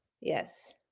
Yes